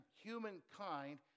humankind